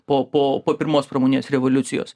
po po pirmos pramoninės revoliucijos